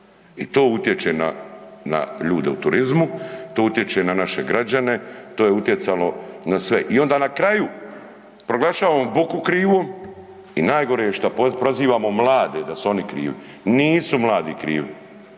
i to utječe na, na ljude u turizmu, to utječe na naše građane, to je utjecalo na sve. I onda na kraju proglašavamo Boku krivom i najgore je šta prozivamo mlade da su oni krivi. Nisu mladi krivi,